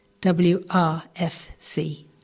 WRFC